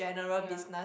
yea